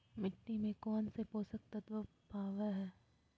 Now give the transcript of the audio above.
मिट्टी में कौन से पोषक तत्व पावय हैय?